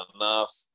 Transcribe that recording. enough